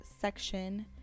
section